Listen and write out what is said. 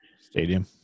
stadium